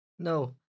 No